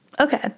Okay